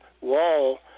wall